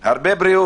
הרבה בריאות.